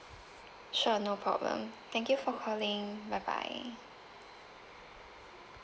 sure no problem thank you for calling bye bye